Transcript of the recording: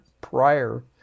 prior